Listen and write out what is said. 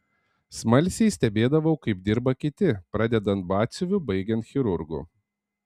smalsiai stebėdavau kaip dirba kiti pradedant batsiuviu baigiant chirurgu